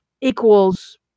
equals